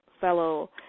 fellow